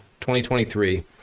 2023